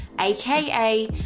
aka